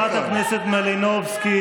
חברת הכנסת מלינובסקי,